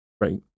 Right